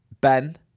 Ben